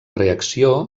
reacció